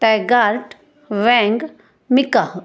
तयगार्ट वँग मिकाह